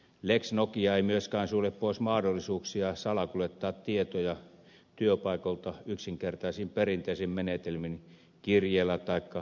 lex nokia ei myöskään sulje pois mahdollisuuksia salakuljettaa tietoja työpaikoilta yksinkertaisin perinteisin menetelmin kirjeellä taikka kotisähköpostin kautta